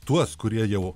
tuos kurie jau